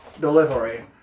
delivery